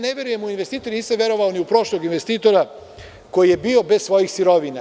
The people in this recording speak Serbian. Ne verujem investitorima, nisam verovao ni u prošlog investitora koji je bio bez svojih sirovina.